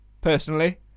personally